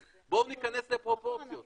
אז בואו ניכנס לפרופורציות.